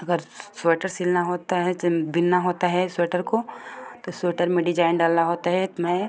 अगर स्वेटर सिलना होता है तो बिनना होता है स्वेटर को तो स्वेटर में डिजाइन डालना होता है तो मैं